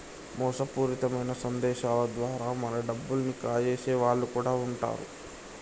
మోసపూరితమైన సందేశాల ద్వారా మన డబ్బుల్ని కాజేసే వాళ్ళు కూడా వుంటరు